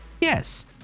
Yes